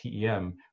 TEM